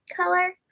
color